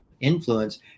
influence